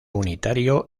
unitario